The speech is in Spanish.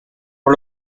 por